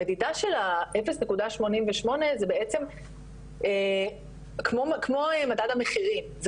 המדידה של ה- 0.88 זה בעצם כמו מדד המחירים,